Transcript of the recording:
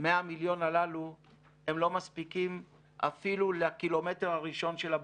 100 המיליון הללו לא מספיקים אפילו לקילומטר הראשון של הבתים.